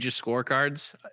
scorecards